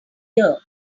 year